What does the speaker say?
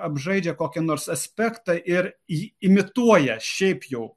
apžaidžia kokį nors aspektą ir imituoja šiaip jau